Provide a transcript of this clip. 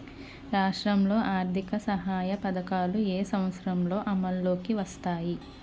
రాష్ట్రంలో ఆర్థిక సహాయ పథకాలు ఏ సంవత్సరంలో అమల్లోకి వచ్చాయి?